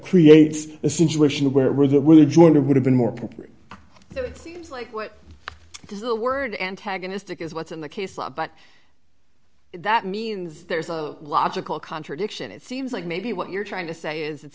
we're joined it would have been more to it seems like what does the word antagonistic is what's in the case but that means there's a logical contradiction it seems like maybe what you're trying to say is it's